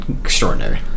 extraordinary